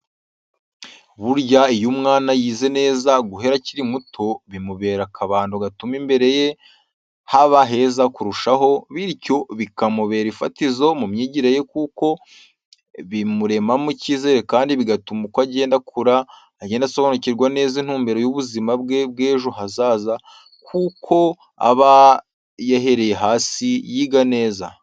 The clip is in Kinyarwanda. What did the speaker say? Burya iyo umwana yize neza guhera akiri muto bimubera akabando gatuma imbere ye haba heza kurushaho, bityo bikamubera ifatizo mu myigire ye kuko bimuremamo icyizere kandi bigatuma uko agenda akura agenda asobanukirwa neza intumbero y'ubuzima bwe bw'ejo hazaza kuko aba yahereye hasi yiga neza.